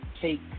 take